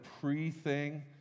pre-thing